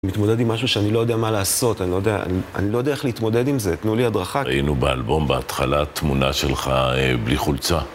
אני מתמודד עם משהו שאני לא יודע מה לעשות, אני לא יודע איך להתמודד עם זה, תנו לי הדרכה. היינו באלבום בהתחלה תמונה שלך בלי חולצה.